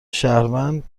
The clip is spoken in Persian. شهروند